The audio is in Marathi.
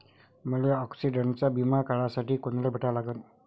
मले ॲक्सिडंटचा बिमा काढासाठी कुनाले भेटा लागन?